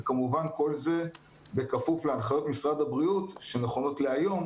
וכמובן כל זה בכפוף להנחיות משרד הבריאות שנכונות להיום,